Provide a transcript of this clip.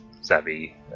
savvy